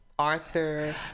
Arthur